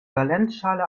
valenzschale